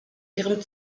ihrem